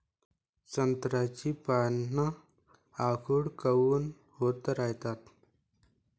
संत्र्याची पान आखूड काऊन होत रायतात?